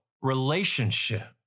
relationship